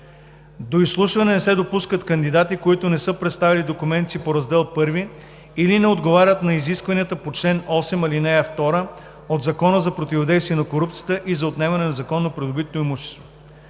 До изслушване не се допускат кандидати, които не са представили документите по Раздел I или не отговарят на изискванията по чл. 8, ал. 2 от Закона за противодействие на корупцията и за отнемане на незаконно придобитото имущество.